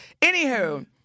Anywho